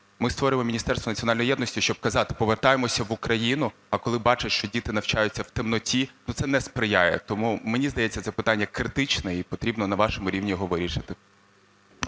Ми створили Міністерство національної єдності, щоб казати: повертаємося в Україну, а коли бачать, що діти навчаються у темноті, це не сприяє. Тому, мені здається, це питання критичне і потрібно на вашому рівні його вирішити.